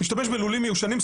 משתמש בלולים מיושנים,